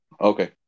Okay